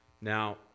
Now